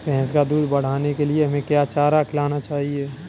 भैंस का दूध बढ़ाने के लिए हमें क्या चारा खिलाना चाहिए?